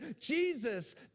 Jesus